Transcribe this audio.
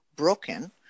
Broken